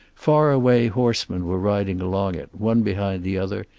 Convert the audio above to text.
far away horsemen were riding along it, one behind the other,